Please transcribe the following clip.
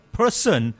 person